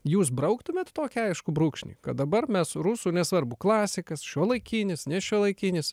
jūs brauktumėt tokį aiškų brūkšnį kad dabar mes rusų nesvarbu klasikas šiuolaikinis nešiuolaikinis